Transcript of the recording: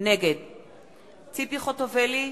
נגד ציפי חוטובלי,